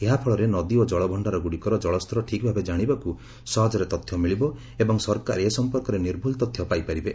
ଏହାଫଳରେ ନଦୀ ଓ ଜଳ ଭଣାରଗୁଡିକର ଜଳସ୍ତର ଠିକ୍ଭାବେ ଜାଣିବାକୁ ସହଜରେ ତଥ୍ୟମିଳିବ ଏବଂ ସରକାର ଏ ସମ୍ପର୍କରେ ନିର୍ଭୁଲ ତଥ୍ୟ ପାଇପାରିବେ